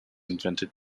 invented